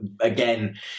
again